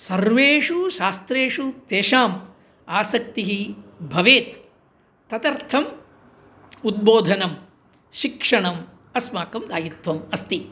सर्वेषु शास्त्रेषु तेषाम् आसक्तिः भवेत् तदर्थम् उद्बोधनं शिक्षणम् अस्माकं दायित्वम् अस्ति